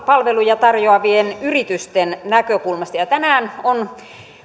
palveluja tarjoavien yritysten näkökulmasta tänään on